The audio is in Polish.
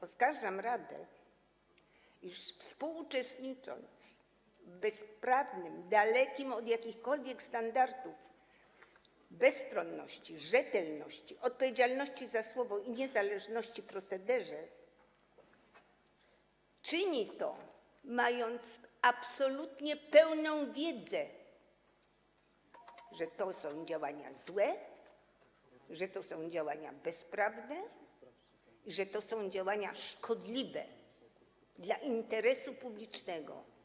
Oskarżam radę, iż współuczestnicząc w bezprawnym, dalekim od jakichkolwiek standardów bezstronności, rzetelności, odpowiedzialności za słowo i niezależności procederze, czyni to, mając absolutnie pełną wiedzę, że to są działania złe, że to są działania bezprawne, że to są działania szkodliwe dla interesu publicznego.